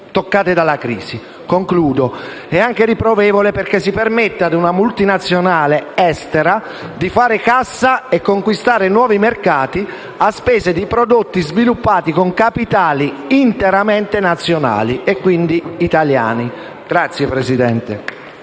toccate dalla crisi. È anche riprovevole perché si permette ad una multinazionale estera di fare cassa e conquistare nuovi mercati a spese di prodotti sviluppati con capitali interamente nazionali, cioè italiani. *(Applausi